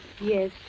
Yes